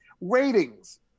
Ratings